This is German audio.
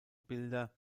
bilder